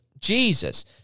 Jesus